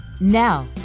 Now